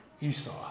Esau